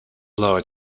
lower